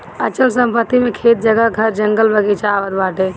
अचल संपत्ति मे खेत, जगह, घर, जंगल, बगीचा आवत बाटे